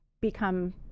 become